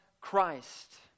Christ